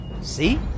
see